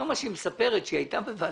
אני חושב שזה תוקן בצו.